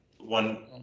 one